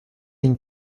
ligne